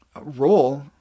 role